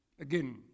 again